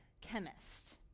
chemist